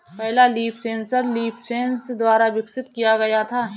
पहला leaf sensor LeafSens द्वारा विकसित किया गया था